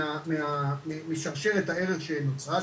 משרשרת הערך שנוצרה,